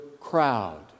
crowd